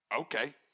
Okay